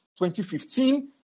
2015